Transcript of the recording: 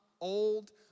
old